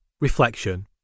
Reflection